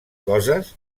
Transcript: coses